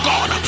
God